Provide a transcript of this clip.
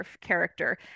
character